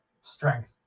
strength